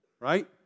right